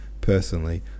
Personally